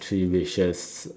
three wishes